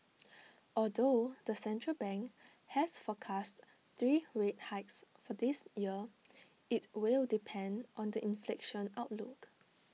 although the central bank has forecast three rate hikes for this year IT will depend on the inflation outlook